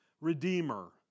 Redeemer